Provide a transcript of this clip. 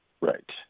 Right